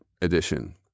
edition